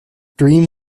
dream